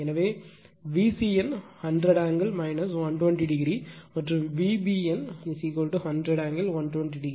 எனவே VCN 100 angle 120o மற்றும் VBN 100 angle o